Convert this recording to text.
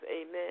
Amen